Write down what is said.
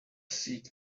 seat